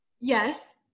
Yes